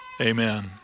amen